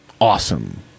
awesome